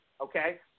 okay